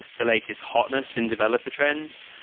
the latest hotness in developer trends.